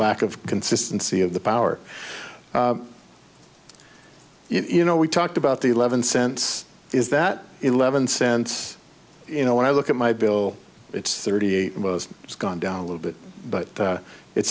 lack of consistency of the power you know we talked about the eleven cents is that eleven cents you know when i look at my bill it's thirty eight was it's gone down a little bit but